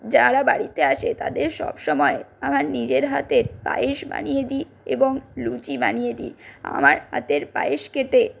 যারা বাড়িতে আসে তাদের সব সময় আমার নিজের হাতের পায়েস বানিয়ে দিই এবং লুচি বানিয়ে দিই আমার হাতের পায়েস খেতে